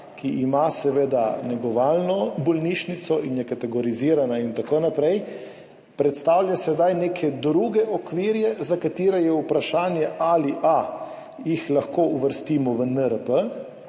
ki ima seveda negovalno bolnišnico in je kategorizirana in tako naprej, predstavlja sedaj neke druge okvire, za katere je a) vprašanje, ali jih lahko uvrstimo v NRP,